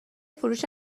فروش